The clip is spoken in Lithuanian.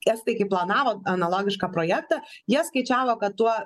estai kaip planavo analogišką projektą jie skaičiavo kad tuo